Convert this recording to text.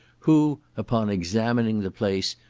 who, upon examining the place,